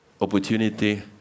opportunity –